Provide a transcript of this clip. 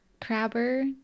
crabber